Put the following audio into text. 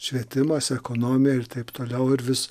švietimas ekonomija ir taip toliau ir vis